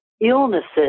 illnesses